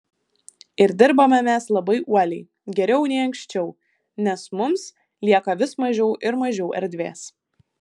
ir dirbame mes labai uoliai geriau nei anksčiau nes mums lieka vis mažiau ir mažiau erdvės